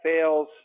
fails